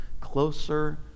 closer